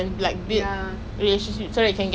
ya I know but lucky I'm